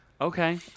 Okay